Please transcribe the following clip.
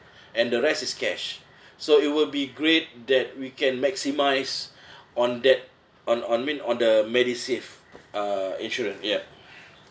and the rest is cash so it will be great that we can maximise on that on on mean on the medisave uh insurance ya